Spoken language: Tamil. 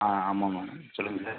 ஆ ஆமாம் ஆமாம் ஆமாங் சொல்லுங்கள் சார்